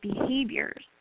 behaviors